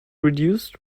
reduced